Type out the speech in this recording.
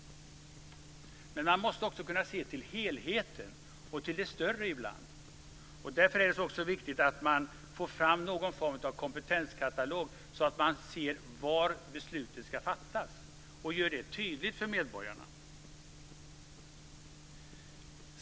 Men man måste också ibland kunna se till helheten och till det större. Därför är det viktigt att man får fram någon form av kompetenskatalog, så att det blir tydligt för medborgarna var besluten ska fattas.